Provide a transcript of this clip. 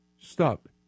stop